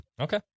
Okay